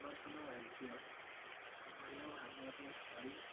ସମାଧାନ ରାଜ୍ୟ ଭଲ ଭାବରେ କରି